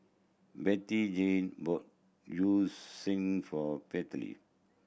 Bettyjane bought Yu Sheng for Pearly